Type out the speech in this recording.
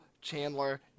Chandler